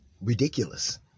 ridiculous